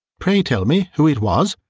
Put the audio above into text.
pray tell me who it was.